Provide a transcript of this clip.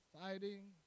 Fighting